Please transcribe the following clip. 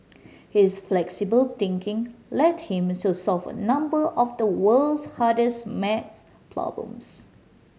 his flexible thinking led him to solve a number of the world's hardest maths problems